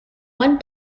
one